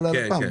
ללפ"ם,